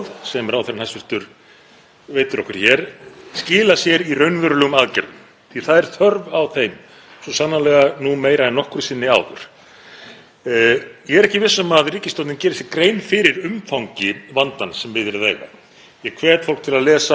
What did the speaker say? Ég er ekki viss um að ríkisstjórnin geri sér grein fyrir umfangi vandans sem við er að eiga. Ég hvet fólk til að lesa grein Ernu Bjarnadóttur á Vísi í dag þar sem hún fer yfir raunveruleg áhrif þess sem er að gerast. Þetta kallar á raunverulegar aðgerðir.